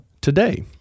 today